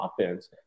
offense